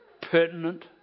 pertinent